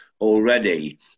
Already